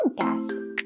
podcast